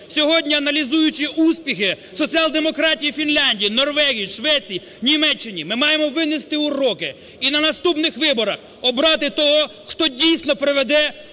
сьогодні, аналізуючи успіхи соціал-демократії Фінляндії, Норвегії, Швеції, Німеччини, ми маємо винести уроки і на наступних виборах обрати того, хто дійсно приведе